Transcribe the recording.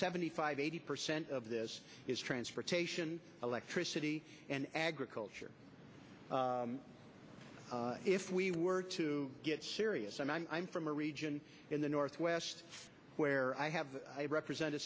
seventy five eighty percent of this is transportation electricity and agriculture if we were to get serious and i'm from a region in the northwest where i have i represent a